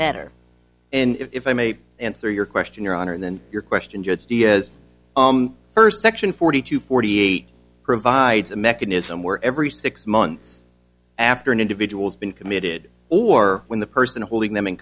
better and if i may answer your question your honor then your question jets d is first section forty two forty eight provides a mechanism where every six months after an individual's been committed or when the person holding them in